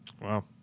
Wow